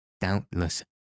doubtless